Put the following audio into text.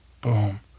boom